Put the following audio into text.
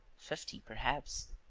fifty, perhaps.